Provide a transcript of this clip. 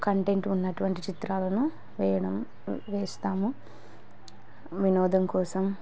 content ఉన్నటువంటి చిత్రాలను వేయడం వేస్తాము వినోదం కోసం